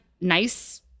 nice